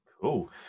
Cool